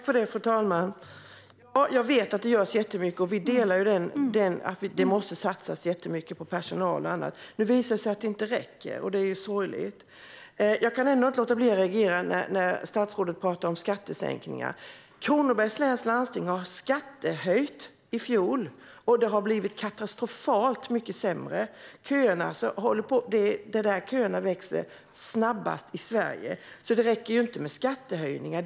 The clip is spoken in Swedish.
Fru talman! Jag vet att det görs jättemycket, och vi delar uppfattningen att det måste satsas jättemycket på personal och annat. Nu visar det sig att det inte räcker, och det är sorgligt. Jag kan ändå inte låta bli att reagera när statsrådet talar om skattesänkningar. Kronobergs läns landsting höjde skatten i fjol, och det har blivit katastrofalt mycket sämre. Köerna växer snabbast i Sverige där. Det räcker därför inte med skattehöjningar.